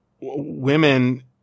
women